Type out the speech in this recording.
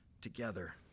together